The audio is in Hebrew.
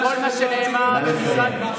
כי אתה לא מבין בזה כלום.